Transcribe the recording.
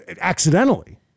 accidentally